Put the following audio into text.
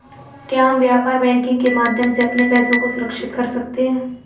क्या हम व्यापार बैंकिंग के माध्यम से अपने पैसे को सुरक्षित कर सकते हैं?